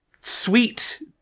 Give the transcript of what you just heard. sweet